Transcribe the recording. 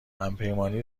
همپیمانی